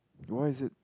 why is it